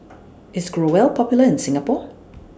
IS Growell Popular in Singapore